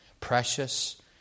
precious